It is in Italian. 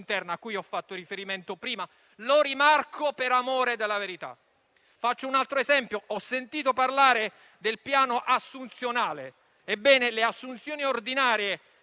interna a cui ho fatto riferimento prima. Lo rimarco per amore della verità. Per fare un altro esempio, ho sentito parlare del piano assunzionale. Ebbene, le assunzioni ordinare,